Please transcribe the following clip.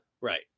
Right